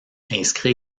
inscrit